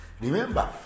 Remember